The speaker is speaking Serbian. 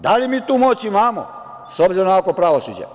Da li mi tu moć imamo, s obzirom na ovakvo pravosuđe?